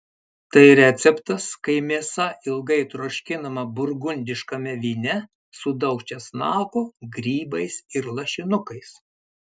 tai receptas kai mėsa ilgai troškinama burgundiškame vyne su daug česnako grybais ir lašinukais